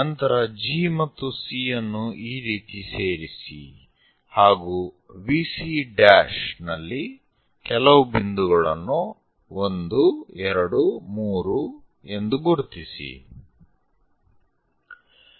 ನಂತರ G ಮತ್ತು C ಯನ್ನು ಈ ರೀತಿ ಸೇರಿಸಿ ಹಾಗೂ VC ನಲ್ಲಿ ಕೆಲವು ಬಿಂದುಗಳನ್ನು 1 2 3 ಎಂದು ಗುರುತಿಸಿ